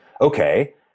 okay